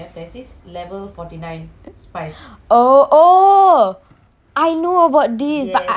oh oh I know about this but I can't remember the name also oh my god